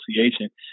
Association